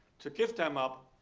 to give them up,